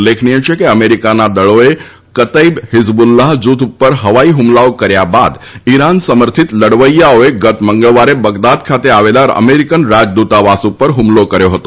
ઉલ્લેખનિય છે કે અમેરિકાના દળોએ કતૈબ હિઝબુલ્લાહ જથ ઉપર હવાઈ હ્મલાઓ કર્યા બાદ ઈરાન સમર્થિત લડવૈયાઓએ ગત મંગળવારે બગદાદ ખાતે આવેલ અમેરિકન રાજદૂતાવાસ ઉપર હ્મલો કર્યો હતો